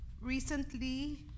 Recently